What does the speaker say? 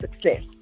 success